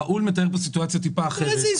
ראול מתאר סיטואציה קצת אחרת.